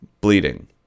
bleeding